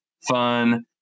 fun